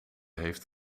heeft